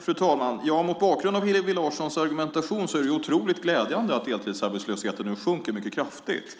Fru talman! Mot bakgrund av Hillevi Larssons argumentation är det otroligt glädjande att kunna säga att deltidsarbetslösheten nu mycket kraftigt